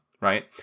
right